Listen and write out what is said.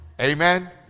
Amen